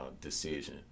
decision